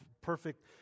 perfect